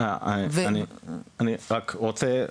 אני רק רוצה,